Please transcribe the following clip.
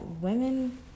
women